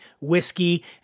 whiskey